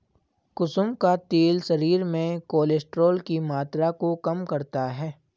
कुसुम का तेल शरीर में कोलेस्ट्रोल की मात्रा को कम करता है